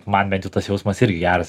man bent jau tas jausmas irgi geras